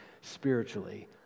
spiritually